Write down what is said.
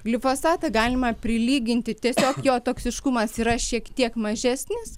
glifosatą pastatą galima prilyginti tiesiog jo toksiškumas yra šiek tiek mažesnis